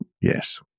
yes